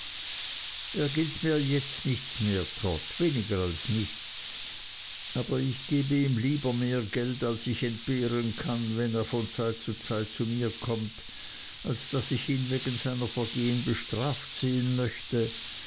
er gilt mir jetzt nichts mehr trot weniger als nichts aber ich gebe ihm lieber mehr geld als ich entbehren kann wenn er von zeit zu zeit zu mir kommt als daß ich ihn wegen seiner vergehen bestraft sehen möchte